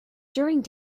during